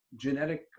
genetic